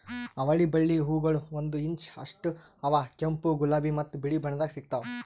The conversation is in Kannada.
ಅವಳಿ ಬಳ್ಳಿ ಹೂಗೊಳ್ ಒಂದು ಇಂಚ್ ಅಷ್ಟು ಅವಾ ಕೆಂಪು, ಗುಲಾಬಿ ಮತ್ತ ಬಿಳಿ ಬಣ್ಣದಾಗ್ ಸಿಗ್ತಾವ್